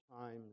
times